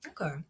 okay